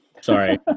Sorry